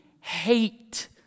hate